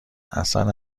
اصن